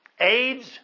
AIDS